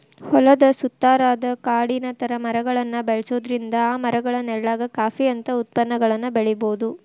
ಹೊಲದ ಸುತ್ತಾರಾದ ಕಾಡಿನ ತರ ಮರಗಳನ್ನ ಬೆಳ್ಸೋದ್ರಿಂದ ಆ ಮರಗಳ ನೆಳ್ಳಾಗ ಕಾಫಿ ಅಂತ ಉತ್ಪನ್ನಗಳನ್ನ ಬೆಳಿಬೊದು